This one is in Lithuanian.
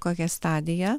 kokią stadiją